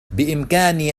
بإمكاني